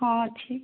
ହଁ ଅଛି